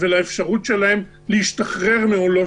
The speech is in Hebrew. שלאמנה הזאת יש כלי שמאפשר שיניים ביישום שלו; רק צריך לחתום גם עליו,